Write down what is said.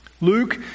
Luke